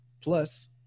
plus